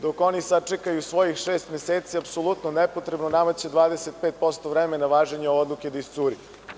Dok oni sačekaju svojih šest meseci, apsolutno nepotrebno nama će 25% vremena važenja ove odluke da iscuri.